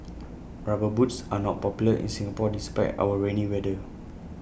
rubber boots are not popular in Singapore despite our rainy weather